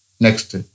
Next